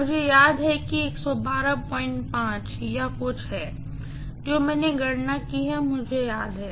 मुझे याद है कि कुछ या कुछ है जो मैंने गणना की है वह मुझे याद है